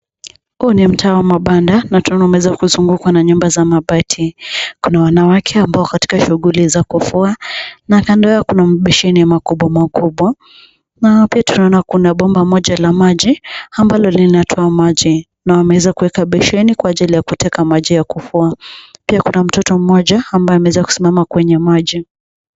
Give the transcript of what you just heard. Huu ni mtaa wa mabanda na tunaona umeweza kuzungukwa na nyumba za mabati. Kuna wanawake ambao wako katika shughuli za kufua na kando yao kuna mabesheni makubwamakubwa. Na hapa tunaona kuna bomba moja la maji ambalo linatoa maji na wameweza kuweka besheni kwa ajili ya kuteka maji ya kufua. Pia kuna mtoto mmoja ambaye ameweza kusimama kwenye maji.